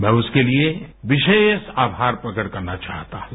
मैं उसके लिए विशेष आभार प्रकट करना चाहता हूँ